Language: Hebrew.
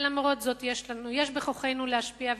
למרות זאת יש בכוחנו להשפיע,